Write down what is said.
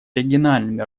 региональными